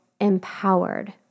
empowered